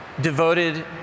devoted